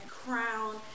Crown